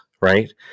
right